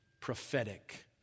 prophetic